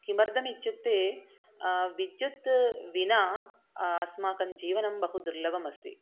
किमर्थमित्युक्ते विद्युतं विना अस्माकं जीवनं बहु दुर्लभम् अस्ति